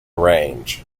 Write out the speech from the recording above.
range